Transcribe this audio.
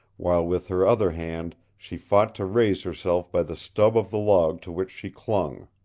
while with her other hand she fought to raise herself by the stub of the log to which she clung.